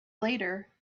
later